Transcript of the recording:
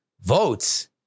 votes